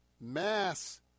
Mass